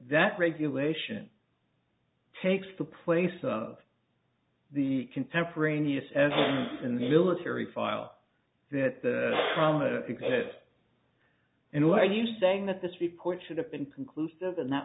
that regulation takes the place of the contemporaneous as in the military file that the exist in or are you saying that this report should have been conclusive and that